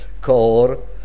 core